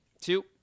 two